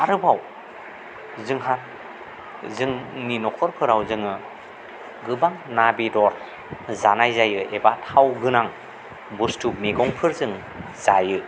आरोबाव जोंहा जोंनि न'खरफोराव जोङो गोबां ना बेदर जानाय जायो एबा थाव गोनां बुस्थु मैगंफोरजों जायो